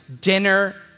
dinner